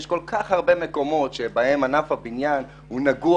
יש כל כך הרבה מקומות שבהם אגף הבניין נגוע